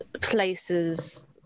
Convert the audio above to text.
places